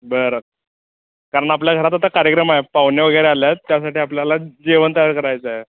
बरं कारण आपल्या घरात आता कार्यक्रम आहे पाहुणे वगैरे आले आहेत त्यासाठी आपल्याला जेवण तयार करायचं आहे